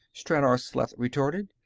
stranor sleth retorted.